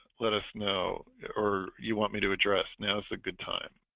let us know or you want me to address now. it's a good time